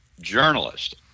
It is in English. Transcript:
journalist